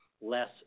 less